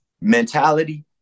mentality